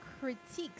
critiques